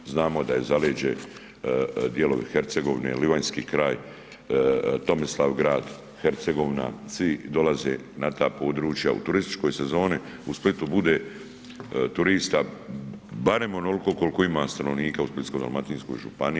Znamo da je Zaleđe dijelovi Hercegovine, Livanjski kraj, Tomislavgrad, Hercegovina, svi dolaze na ta područja u turističkoj sezoni, u Splitu bude turista barem onoliko koliko ima stanovnika u Splitsko-dalmatinskoj županiji.